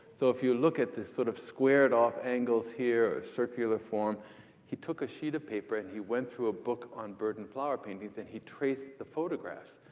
so if you look at the sort of squared off angles here or circular form he took a sheet of paper and he went through a book on bird and flower paintings and he traced the photographs.